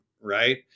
Right